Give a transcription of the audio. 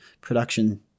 production